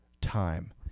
time